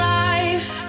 life